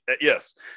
Yes